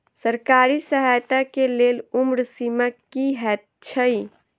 सरकारी सहायता केँ लेल उम्र सीमा की हएत छई?